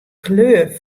kleur